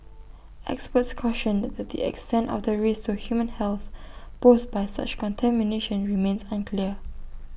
experts cautioned that the extent of the risk to human health posed by such contamination remains unclear